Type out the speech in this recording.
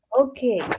Okay